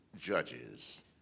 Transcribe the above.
judges